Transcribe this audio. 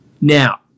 Now